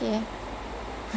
it's really good இல்ல:illa